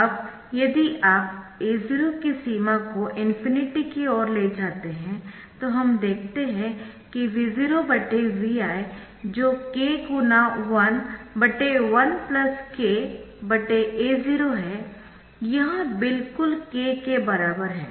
अब यदि आप A0 की सीमा को ∞ की ओर ले जाते है तो हम देखते है कि V0 Vi जो k 1 1 k A 0 है यह बिल्कुल k के बराबर है